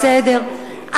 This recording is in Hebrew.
בסדר,